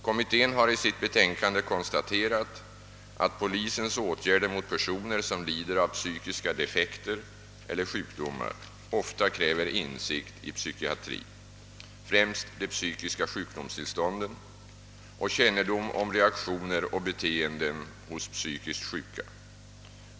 Kommittén har i sitt betänkande konstaterat att polisens åtgärder mot personer, som lider av psykiska defekter eller sjukdomar, ofta kräver insikter i psykiatri, främst de psykiska sjukdomstillstånden, och kännedom om reaktioner och beteenden hos psykiskt sjuka.